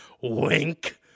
Wink